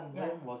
ya